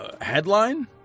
headline